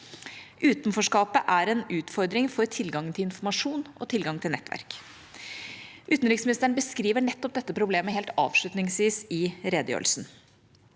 Utenforskapet er en utfordring for tilgang til informasjon og tilgang til nettverk. Utenriksministeren beskriver nettopp dette problemet helt avslutningsvis i redegjørelsen.